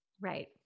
Right